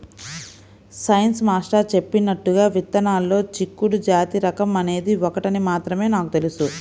science master చెప్పినట్లుగా విత్తనాల్లో చిక్కుడు జాతి రకం అనేది ఒకటని మాత్రం నాకు తెలుసు